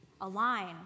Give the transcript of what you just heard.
align